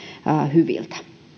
hyviltä